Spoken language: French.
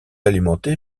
alimenté